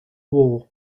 war